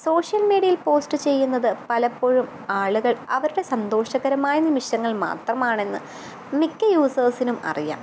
social മീഡ്യേൽ post ചെയ്യുന്നത് പലപ്പോഴും ആളുകൾ അവരുടെ സന്തോഷകരമായ നിമിഷങ്ങൾ മാത്രമാണെന്ന് മിക്ക യൂസേസിനും അറിയാം